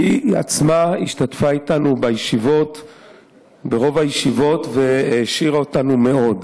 שהיא עצמה השתתפה איתנו ברוב הישיבות והעשירה אותנו מאוד.